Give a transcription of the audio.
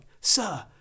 sir